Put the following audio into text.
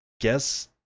guess